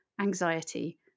anxiety